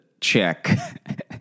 check